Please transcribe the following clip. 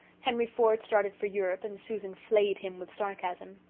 henry ford started for europe and susan flayed him with sarcasm.